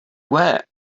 where